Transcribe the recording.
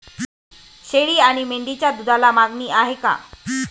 शेळी आणि मेंढीच्या दूधाला मागणी आहे का?